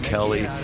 Kelly